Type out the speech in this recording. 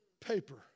paper